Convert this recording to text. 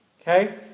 Okay